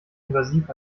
invasiv